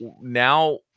now